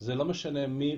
זה לא משנה מי,